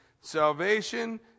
salvation